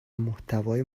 محتوای